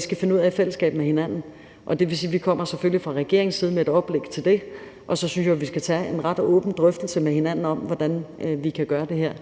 skal finde ud af i fællesskab med hinanden. Og det vil sige, at vi selvfølgelig fra regeringens side kommer med et oplæg til det, og så synes jeg, vi skal tage en ret åben drøftelse med hinanden om, hvordan vi kan gøre det her.